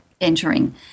entering